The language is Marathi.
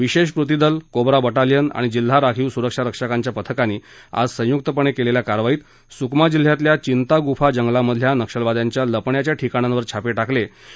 विशेष कृती दल कोब्रा बटालियन आणि जिल्हा राखीव सुरक्षा रक्षकांच्या पथकांनी आज संयुक्तपणे केलेल्या कारवाईत सुकमा जिल्ह्यातल्या चिंता गुफा जंगलामधल्या नक्षलवाद्यांच्या लपण्याच्या ठिकाणांवर छापे टाकण्यात आले